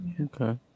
Okay